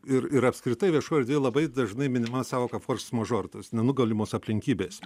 ir ir apskritai viešoj erdvėj labai dažnai minima sąvoka fors mažor ta prasme nugalimos aplinkybės